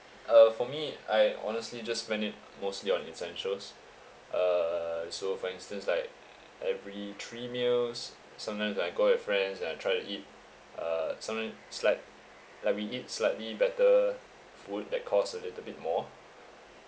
uh for me I honestly just spend it mostly on essentials uh so for instance like every three meals sometimes I go with friends and I try to eat uh something slight like we eat slightly better food that cost a little bit more